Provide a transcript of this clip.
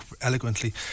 eloquently